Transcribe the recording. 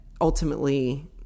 ultimately